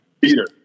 Peter